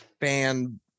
fan